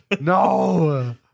No